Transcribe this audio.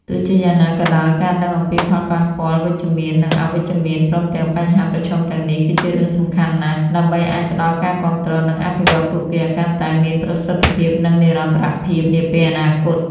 ទោះជាយ៉ាងណាក៏ដោយ ការដឹងអំពីផលប៉ះពាល់វិជ្ជមាន និងអវិជ្ជមាន ព្រមទាំងបញ្ហាប្រឈមទាំងនេះ គឺជារឿងសំខាន់ណាស់ ដើម្បីអាចផ្តល់ការគាំទ្រ និងអភិវឌ្ឍន៍ពួកគេឲ្យកាន់តែមានប្រសិទ្ធភាព និងនិរន្តរភាពនាពេលអនាគត។